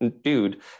dude